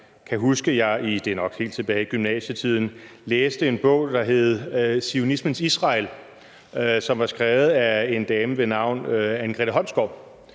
nok helt tilbage i gymnasietiden – læste en bog, der hed »Zionismens Israel«, som var skrevet af en dame ved navn Anne Grete Holmsgaard,